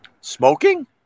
Smoking